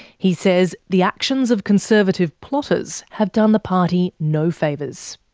he says the actions of conservative plotters have done the party no favours.